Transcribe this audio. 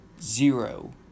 Zero